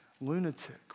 lunatic